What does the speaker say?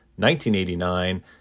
1989